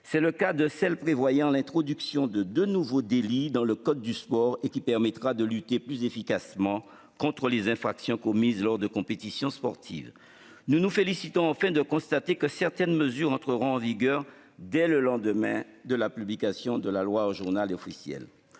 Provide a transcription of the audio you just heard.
permanent. Je pense ainsi à l'introduction de deux nouveaux délits dans le code du sport, ce qui permettra de lutter plus efficacement contre les infractions commises lors de compétitions sportives. Nous nous félicitons enfin de constater que certaines mesures entreront en vigueur dès le lendemain de la publication de la loi au. Le laboratoire